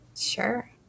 Sure